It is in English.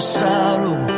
sorrow